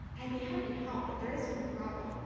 i'd be happy to help, but there is one problem.